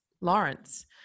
Lawrence